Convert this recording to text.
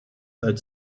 als